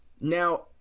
Now